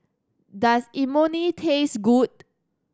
does Imoni taste good